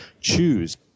choose